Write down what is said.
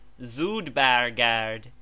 Zudbergard